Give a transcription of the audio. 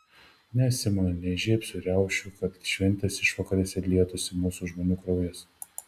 ne simonai neįžiebsiu riaušių kad šventės išvakarėse lietųsi mūsų žmonių kraujas